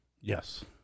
Yes